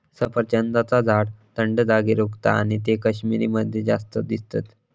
सफरचंदाचा झाड थंड जागेर उगता आणि ते कश्मीर मध्ये जास्त दिसतत